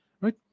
right